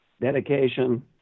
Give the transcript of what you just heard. dedication